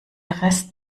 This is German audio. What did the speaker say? rest